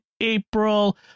April